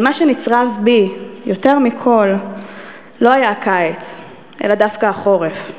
אבל מה שנצרב בי יותר מכול לא היה הקיץ אלא דווקא החורף.